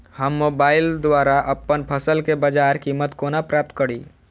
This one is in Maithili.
हम मोबाइल द्वारा अप्पन फसल केँ बजार कीमत कोना प्राप्त कड़ी?